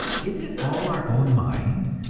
is it all our own mind,